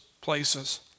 places